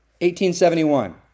1871